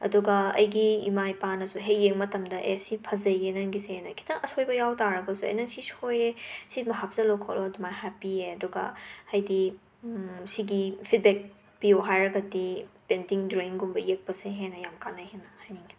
ꯑꯗꯨꯒ ꯑꯩꯒꯤ ꯏꯃꯥ ꯏꯄꯥꯅꯁꯨ ꯍꯦꯛ ꯌꯦꯡꯕ ꯃꯇꯝꯗ ꯑꯦ ꯁꯤ ꯐꯖꯩꯌꯦ ꯅꯪꯒꯤꯁꯤꯅ ꯈꯤꯛꯇꯪ ꯑꯁꯣꯏꯕ ꯌꯥꯎ ꯇꯥꯔꯒꯁꯨ ꯑꯦ ꯅꯪ ꯁꯤ ꯁꯣꯏꯔꯦ ꯁꯤꯃ ꯍꯥꯞꯆꯜꯤꯂꯣ ꯈꯣꯠꯂꯣ ꯑꯗꯨꯃꯥꯏꯅ ꯍꯥꯞꯄꯤꯌꯦ ꯑꯗꯨꯒ ꯍꯥꯏꯗꯤ ꯁꯤꯒꯤ ꯐꯤꯗꯕꯦꯛ ꯄꯤꯌꯨ ꯍꯥꯏꯔꯒꯗꯤ ꯄꯦꯟꯇꯤꯡ ꯗ꯭ꯔꯣꯋꯤꯡꯒꯨꯝꯕ ꯌꯦꯛꯄꯁꯦ ꯍꯦꯟꯅ ꯌꯥꯝ ꯀꯥꯟꯅꯩ ꯍꯥꯏꯅ ꯍꯥꯏꯅꯤꯡꯉꯦ